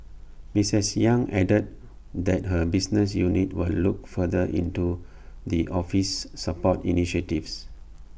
misses yang added that her business unit will look further into the office's support initiatives